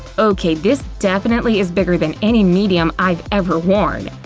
okay, this definitely is bigger than any medium i've ever worn!